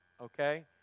okay